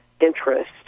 interest